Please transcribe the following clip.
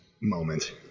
moment